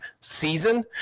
season